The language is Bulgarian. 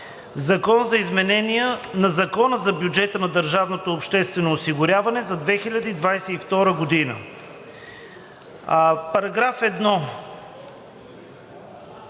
„Закон за изменение на Закона за бюджета на държавното обществено осигуряване за 2022 г.“ По § 1